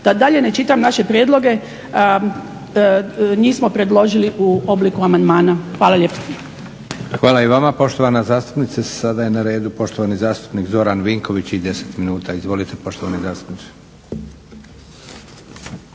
Da dalje ne čitam naše prijedloge, njih smo predložili u obliku amandmana. Hvala lijepo. **Leko, Josip (SDP)** Hvala i vama poštovana zastupnice. Sada je na redu poštovani zastupnik Zoran Vinković i 10 minuta. Izvolite poštovani zastupniče.